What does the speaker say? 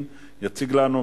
והיא תעבור לוועדת החוקה,